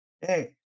Hey